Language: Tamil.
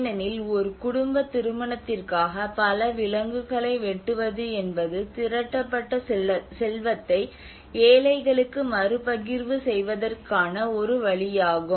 ஏனெனில் ஒரு குடும்ப திருமணத்திற்காக பல விலங்குகளை வெட்டுவது என்பது திரட்டப்பட்ட செல்வத்தை ஏழைகளுக்கு மறுபகிர்வு செய்வதற்கான ஒரு வழியாகும்